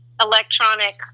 electronic